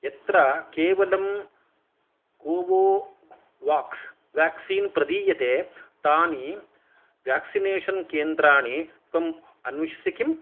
यत्र केवलं Covovax vaccine प्रदीयते तानि व्याक्सिनेषन् केन्द्राणि त्वम् अन्विषसि किम्